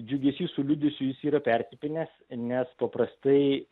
džiugesys su liūdesiu jis yra persipynęs nes paprastai